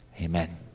Amen